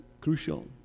crucial